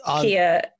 Kia